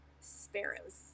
sparrows